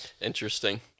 Interesting